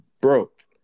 broke